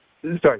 sorry